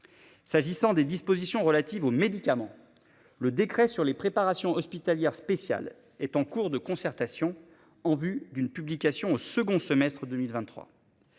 S'agissant des dispositions relatives aux médicaments. Le décret sur les préparations hospitalières spéciale est en cours de concertation en vue d'une publication au second semestre 2023.